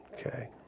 Okay